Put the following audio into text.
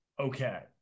Okay